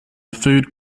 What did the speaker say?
food